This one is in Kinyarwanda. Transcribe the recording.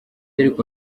ariko